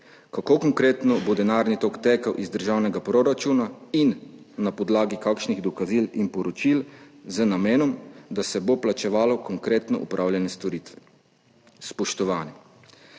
kako konkretno bo denarni tok tekel iz državnega proračuna in na podlagi kakšnih dokazil in poročil, z namenom, da se bo plačevalo konkretno opravljene storitve. Spoštovani,